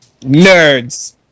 Nerds